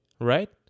Right